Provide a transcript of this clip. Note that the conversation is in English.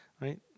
right